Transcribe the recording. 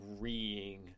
reeing